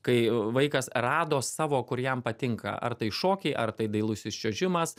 kai vaikas rado savo kur jam patinka ar tai šokiai ar tai dailusis čiuožimas